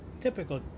Typical